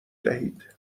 دهید